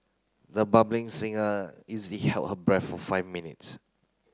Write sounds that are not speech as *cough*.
the *unintelligible* singer easily held her breath for five minutes